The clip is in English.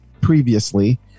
previously